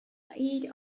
height